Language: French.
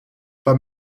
pas